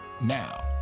Now